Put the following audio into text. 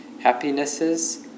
happinesses